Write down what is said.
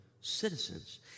citizens